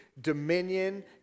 dominion